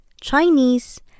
Chinese